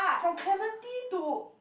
from Clementi to